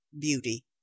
beauty